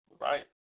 Right